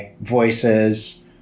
voices